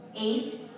Eight